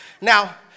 Now